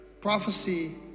prophecy